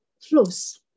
flows